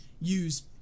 use